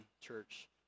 church